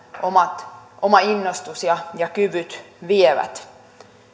oma innostus ja omat kyvyt vievät